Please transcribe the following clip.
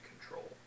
control